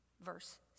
Verse